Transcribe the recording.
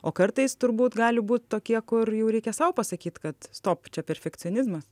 o kartais turbūt gali būt tokie kur jau reikia sau pasakyt kad stop čia perfekcionizmas